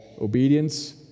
obedience